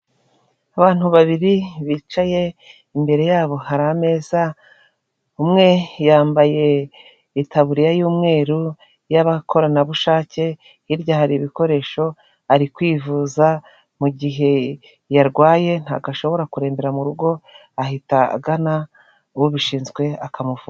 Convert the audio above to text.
Abantu babiri bicaye imbere yabo hari ameza umwe yambaye itaburiya y'umweru yab'abakoranabushake hirya hari ibikoresho ari kwivuza mu gihe yarwaye ntabwo ashobora kurembera mu rugo ahita agana ubishinzwe akamuvura.